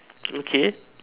okay